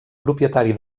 propietari